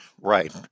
Right